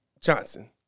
Johnson